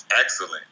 excellent